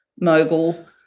mogul